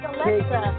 Alexa